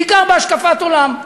בעיקר בהשקפת עולם.